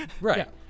right